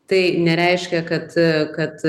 tai nereiškia kad kad